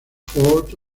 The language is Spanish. ford